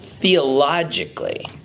Theologically